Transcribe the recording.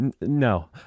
No